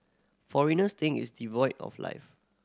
foreigners think it's devoid of life